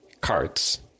carts